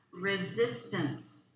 Resistance